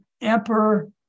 emperor